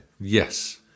Yes